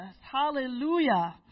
hallelujah